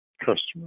customers